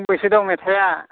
दोंबेसे दं मेथाइआ